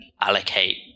allocate